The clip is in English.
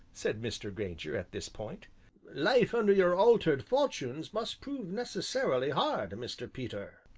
said mr. grainger at this point life under your altered fortunes must prove necessarily hard, mr. peter.